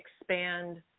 expand